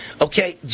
Okay